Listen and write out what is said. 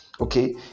Okay